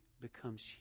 becomes